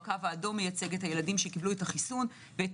והקו האדום מייצג את הילדים שקיבלו את החיסון ואת